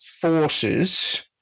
forces